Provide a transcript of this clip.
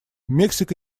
мексика